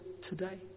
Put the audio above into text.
today